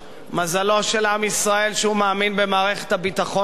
מזלו של עם ישראל שהוא מאמין במערכת הביטחון שלו,